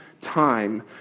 time